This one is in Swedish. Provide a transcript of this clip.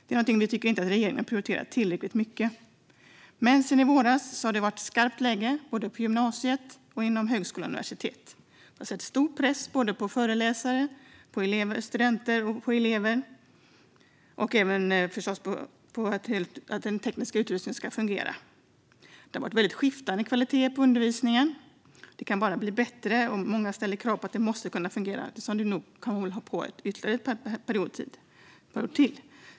Detta tycker vi inte att regeringen har prioriterat tillräckligt mycket. Sedan i våras har det dock varit skarpt läge såväl på gymnasiet som inom högskola och universitet. Det har satt stor press både på föreläsare och på elever och studenter, och naturligtvis också på att den tekniska utrustningen ska fungera. Det har varit väldigt skiftande kvalitet på undervisningen, och det kan bara bli bättre. Många ställer krav på att det måste kunna fungera eftersom detta nog kan hålla på ytterligare en period.